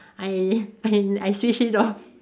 I and I switched it off